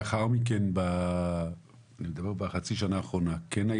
לאחר מכן, אני מדבר בחצי שנה האחרונה, כן?